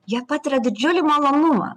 jie patiria didžiulį malonumą